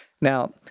Now